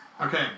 Okay